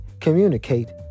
communicate